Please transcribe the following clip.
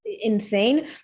insane